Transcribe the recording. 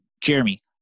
Jeremy